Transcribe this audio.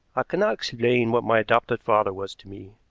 i cannot explain what my adopted father was to me,